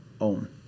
own